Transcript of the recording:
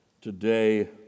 today